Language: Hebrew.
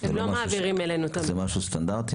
זה משהו סטנדרטי?